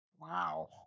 Wow